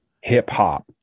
hip-hop